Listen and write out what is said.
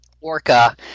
orca